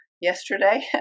yesterday